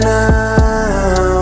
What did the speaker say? now